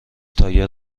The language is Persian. تایر